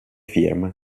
firma